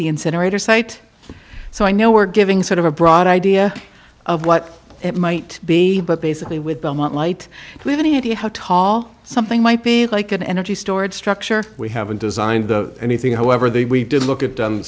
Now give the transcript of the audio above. the incinerator site so i know we're giving sort of a broad idea of what it might be but basically with the amount light we have any idea how tall something might be like an energy storage structure we haven't designed anything however they we did look at the